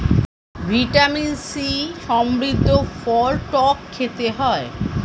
vitamin C সমৃদ্ধ ফল টক খেতে হয়